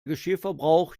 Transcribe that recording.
geschirrverbrauch